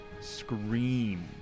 scream